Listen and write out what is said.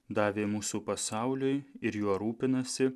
davė mūsų pasauliui ir juo rūpinasi